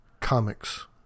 comics